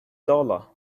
dollar